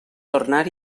tornar